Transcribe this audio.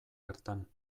hartan